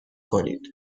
کنید